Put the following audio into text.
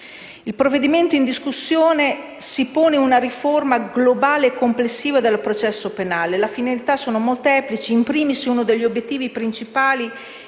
Il provvedimento in discussione oggi in Aula si pone come una riforma globale e complessiva del processo penale. Le finalità sono molteplici: *in primis*, uno degli obiettivi principali